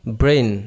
brain